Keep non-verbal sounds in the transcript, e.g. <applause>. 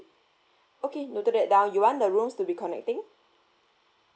<breath> okay noted that down you want the rooms to be connecting